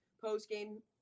post-game